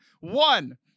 One